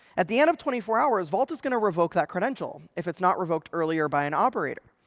at the end of twenty four hours, vault is going to revoke that credential, if it's not revoked earlier by an operator.